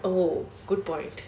oh good point